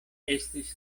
estis